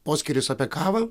poskyris apie kavą